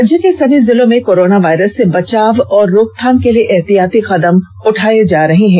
राज्य के सभी जिलों में कोरोना वायरस से बचाव और रोकथाम के लिए एहतियाती कदम उठाये जा रहे हैं